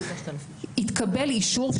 התקבל אישור,